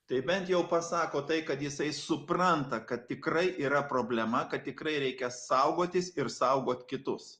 tai bent jau pasako tai kad jisai supranta kad tikrai yra problema kad tikrai reikia saugotis ir saugot kitus